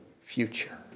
future